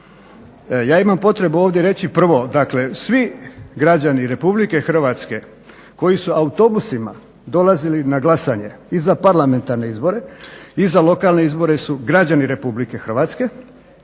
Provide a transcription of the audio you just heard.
ja imam potrebu ovdje reći prvo dakle svi građani RH koji su autobusima dolazili na glasanje i za parlamentarne izbore i za lokalne izbore su građani RH i imaju